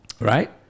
right